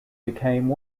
became